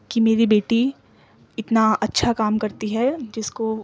کہ میری بیٹی اتنا اچھا کام کرتی ہے جس کو